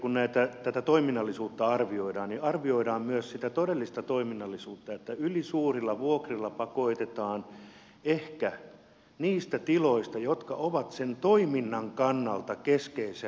on tärkeätä että kun tätä toiminnallisuutta arvioidaan niin arvioidaan myös sitä todellista toiminnallisuutta että ylisuurilla vuokrilla pakotetaan ehkä pois niistä tiloista jotka ovat sen toiminnan kannalta keskeisellä paikkaa